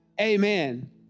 amen